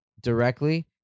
directly